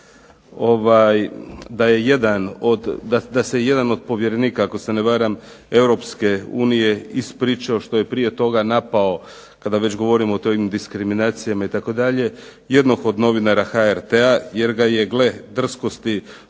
dana jedan od povjerenika, ako se ne varam, Europske unije ispričao što je prije toga napao, kada već govorim o tim diskriminacijama itd., jednog od novinara HRT-a jer ga je gle drskosti